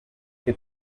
que